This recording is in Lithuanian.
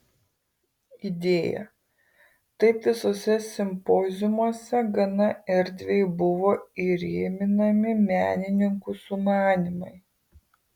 idėja taip visuose simpoziumuose gana erdviai buvo įrėminami menininkų sumanymai